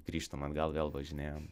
grįžtam atgal vėl važinėjam